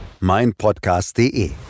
meinpodcast.de